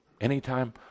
anytime